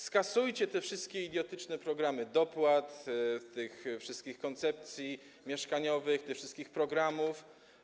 Skasujcie te wszystkie idiotyczne programy dopłat, te wszystkie koncepcje mieszkaniowe, te wszystkie programy.